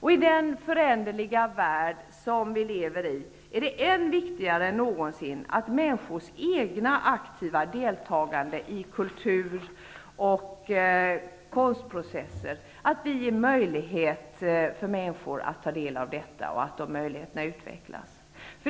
I den föränderliga värld som vi lever i är det viktigare än någonsin med människors egna aktiva deltagande i kultur och konstprocesser och att de möjligheterna utvecklas.